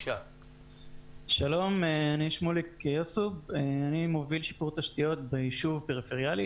אני מוביל שיפור תשתיות ביישוב פריפריאלי